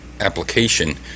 application